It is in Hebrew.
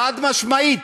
חד-משמעית.